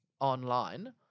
online